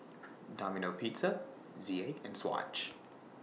Domino Pizza Z A and Swatch